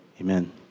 Amen